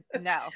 No